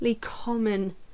common